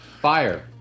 fire